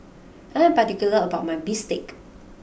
I am particular about my Bistake